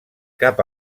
cap